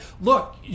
look